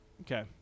Okay